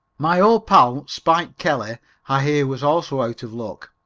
my old pal, spike kelly, i hear was also out of luck.